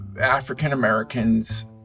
African-Americans